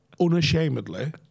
unashamedly